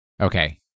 Okay